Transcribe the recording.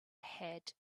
had